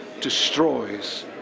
destroys